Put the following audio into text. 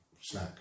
snack